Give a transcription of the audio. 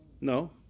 No